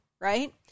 right